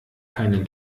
keinen